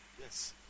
Yes